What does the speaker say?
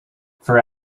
for